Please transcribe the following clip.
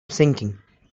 sinking